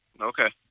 Okay